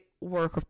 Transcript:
work